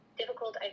difficult